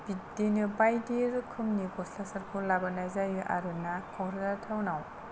बिदिनो बायदि रोखोमनि गस्ला सार्ट खौ लाबोनाय जायो आरोना क'क्राझार टाउनाव